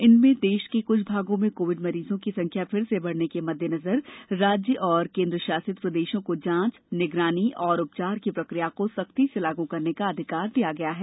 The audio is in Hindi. इनमें देश के कुछ भागों में कोविड मरीजों की संख्या फिर से बढ़ने के मद्देनजर राज्य और केन्द्रशासित प्रदेशों को जांच निगरानी और उपचार की प्रक्रिया को सख्ती से लागू करने का अधिकार दिया गया है